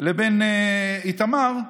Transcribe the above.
לבין איתמר,